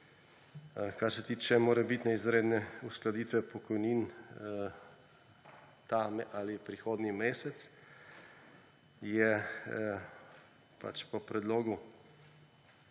Kar se tiče morebitne izredne uskladitve pokojnin ta ali prihodnji mesec, je po predlogu